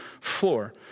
floor